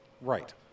Right